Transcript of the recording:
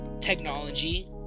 technology